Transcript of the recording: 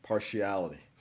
Partiality